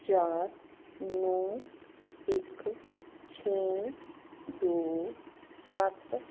ਚਾਰ ਨੌਂ ਇੱਕ ਛੇ ਦੋ ਸੱਤ